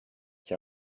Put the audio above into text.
qui